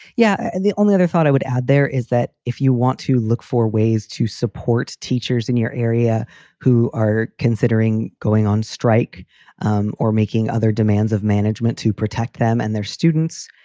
yeah, and the only other thought i would add there is that if you want to look for ways to support teachers in your area who are considering going on strike um or making other demands of management to protect them and their students,